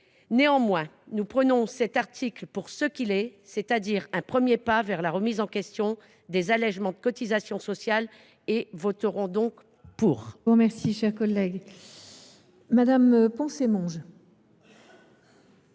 Néanmoins, nous prenons cet article pour ce qu’il est : un premier pas vers la remise en question des allégements de cotisations sociales. Nous voterons donc pour.